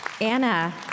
Anna